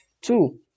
two